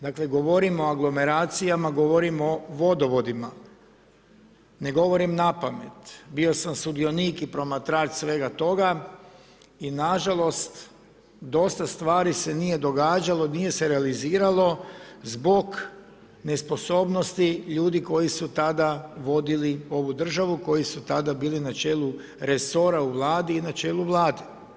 Dakle, govorimo o aglomeracijama, govorimo o vodovodima, ne govorim napamet, bio sam sudionik i promatrač svega toga i nažalost dosta stvari se nije događalo, nije se realiziralo zbog nesposobnosti ljudi koji su tada vodili ovu državu, koji su tada bili na čelu resora u Vladi i na čelu Vlade.